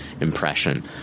impression